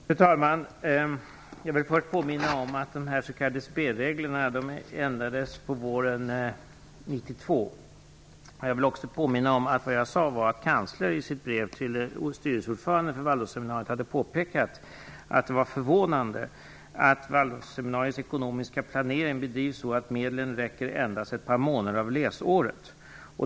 Fru talman! Jag vill först påminna om att de s.k. spelreglerna ändrades våren 1992. Jag vill också påminna om att vad jag sade var att kanslern i sitt brev till styrelseordföranden vid Waldorfseminariet hade påpekat att det är förvånande att Waldorfseminariets ekonomiska planering bedrivs så att medlen räcker endast ett par månader av läsåret.